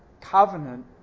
covenant